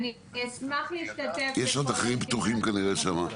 אני אתקן את חבר הכנסת חנין, ידידי,